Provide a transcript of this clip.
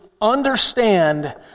understand